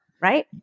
right